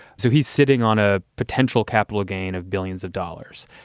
so he's sitting on a potential capital gain of billions of dollars.